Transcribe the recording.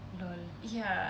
lol